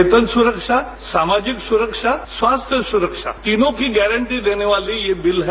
वेतन सुरक्षा सामाजिक सुरक्षा स्वास्थ्य सुरक्षा तीनों की गारंटी देने वाली ये बिल है